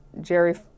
Jerry